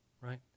right